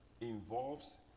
involves